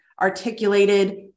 articulated